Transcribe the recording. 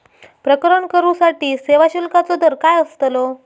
प्रकरण करूसाठी सेवा शुल्काचो दर काय अस्तलो?